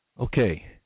Okay